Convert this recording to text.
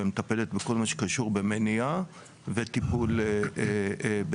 ומטפלת בכל מה שקשור במניעה וטיפול בשריפות.